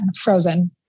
Frozen